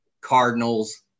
Cardinals